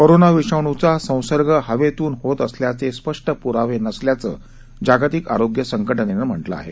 corona विषाणूचा संसर्ग हवेतून होत असल्याचे स्पष्ट प्रावे नसल्याचं जागतिक आरोग्य संघटनेनं म्हटलं आहे